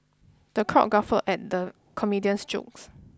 the crowd guffawed at the comedian's jokes